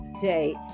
day